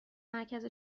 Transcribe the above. مرکز